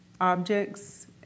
objects